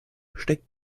steckt